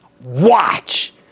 Watch